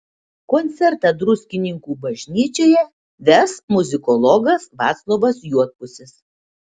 koncertą druskininkų bažnyčioje ves muzikologas vaclovas juodpusis